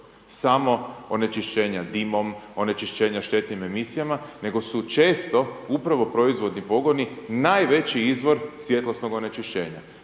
samo onečišćenja dimom, onečišćenja štetnim emisijama nego su često upravo proizvodni pogoni najveći izvor svjetlosnog onečišćenja.